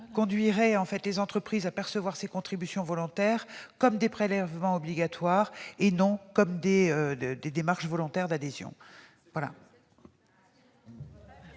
conduirait les entreprises à percevoir ces contributions volontaires comme des prélèvements obligatoires et non comme des démarches volontaires d'adhésion.